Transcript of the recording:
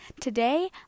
Today